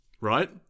right